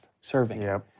serving